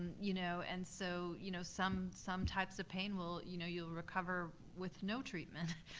you know and so you know some some types of pain, you'll you know you'll recover with no treatment,